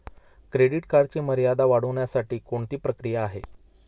Credit कार्डची मर्यादा वाढवण्यासाठी कोणती प्रक्रिया आहे?